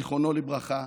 זיכרונו לברכה,